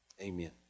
Amen